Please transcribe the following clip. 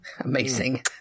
amazing